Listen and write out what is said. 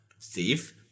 Steve